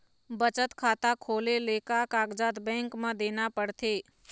बचत खाता खोले ले का कागजात बैंक म देना पड़थे?